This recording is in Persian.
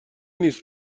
نیست